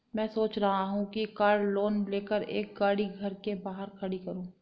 मैं सोच रहा हूँ कि कार लोन लेकर एक गाड़ी घर के बाहर खड़ी करूँ